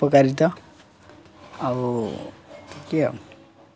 ଉପକାରିତା ଆଉ କିଏ ଆଉ